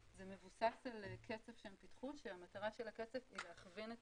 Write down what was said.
זה מבוסס קצף שהם פיתחו שהמטרה של הקצף הוא להכווין את